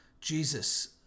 Jesus